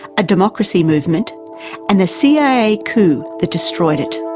a democracy movement and the cia coup that destroyed it.